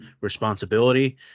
responsibility